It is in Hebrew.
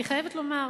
אני חייבת לומר,